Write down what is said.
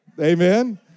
Amen